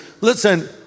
Listen